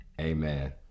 amen